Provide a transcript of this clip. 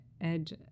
edge